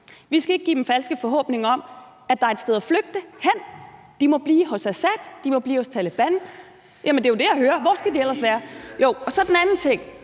Vi skal ikke give dem falske forhåbninger om, at der er et sted at flygte hen. De må blive hos Assad; de må blive hos Taleban. Jamen det er jo det, jeg hører – hvor skal de ellers være? Så er der den anden ting.